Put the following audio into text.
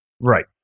Right